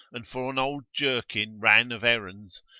and for an old jerkin ran of errands,